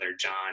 John